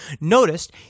noticed